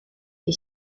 est